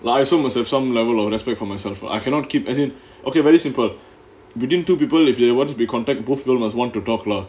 I also must have some level of respect for myself ah I cannot keep as in okay very simple between two people if they want to be in contact both also must want to talk lah